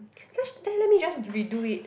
just just let me just redo it